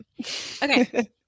Okay